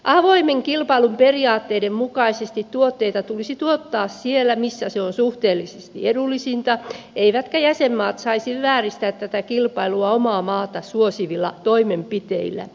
avoimen kilpailun periaatteiden mukaisesti tuotteita tulisi tuottaa siellä missä se on suhteellisesti edullisinta eivätkä jäsenmaat saisi vääristää tätä kilpailua omaa maata suosivilla toimenpiteillä